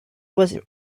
was